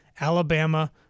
Alabama